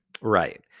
Right